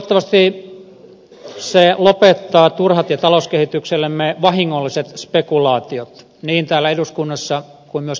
toivottavasti se lopettaa turhat ja talouskehityksellemme vahingolliset spekulaatiot niin täällä eduskunnassa kuin myöskin ulkopuolella